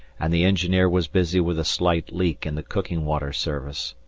and the engineer was busy with a slight leak in the cooking water service.